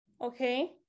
Okay